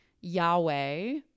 Yahweh